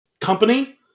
company